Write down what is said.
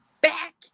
back